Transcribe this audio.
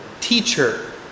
Teacher